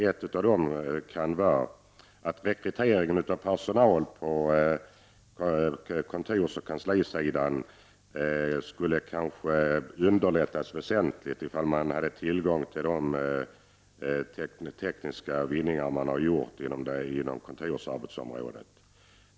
Ett skäl kan vara att rekrytering av personal på kontorsoch kanslisidan kanske skulle underlättas väsentligt, om man hade tillgång till de tekniska vinningarna på kontorsarbetsområdet.